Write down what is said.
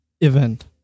event